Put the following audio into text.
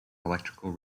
electrical